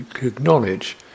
acknowledge